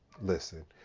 listen